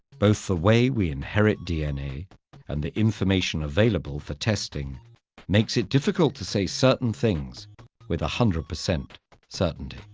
both the way we inherit dna and the information available for testing makes it difficult to say certain things with one ah hundred percent certainty.